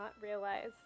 realize